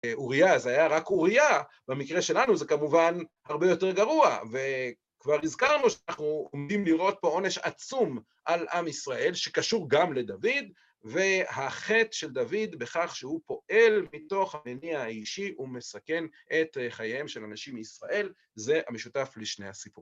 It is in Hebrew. אוריה זה היה רק אוריה, במקרה שלנו זה כמובן הרבה יותר גרוע, וכבר הזכרנו שאנחנו עומדים לראות פה עונש עצום על עם ישראל, שקשור גם לדוד, והחטא של דוד בכך שהוא פועל מתוך המניע האישי והוא מסכן את חייהם של אנשים מישראל, זה המשותף לשני הסיפורים